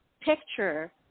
picture